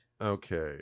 okay